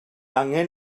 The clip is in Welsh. angen